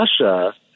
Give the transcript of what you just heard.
Russia